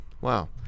wow